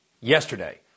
yesterday